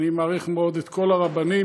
אני מעריך מאוד את כל הרבנים,